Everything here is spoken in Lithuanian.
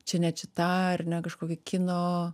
čia nečitą ar ne kažkokį kino